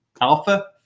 Alpha